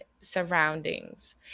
surroundings